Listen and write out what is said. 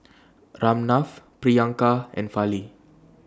Ramnath Priyanka and Fali